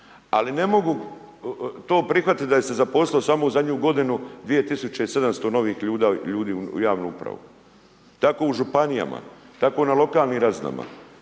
Ali ne mogu to prihvatiti da ih se zaposlilo samo u zadnju g. 2700 ljudi u javnu upravu. Tako u županijama, tako i na lokalnim razinama.